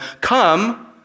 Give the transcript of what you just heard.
come